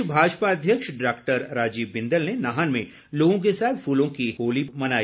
प्रदेश भाजपा अध्यक्ष डॉक्टर राजीव बिंदल ने नाहन में लोगों के साथ फूलों की होली मनाई